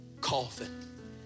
coffin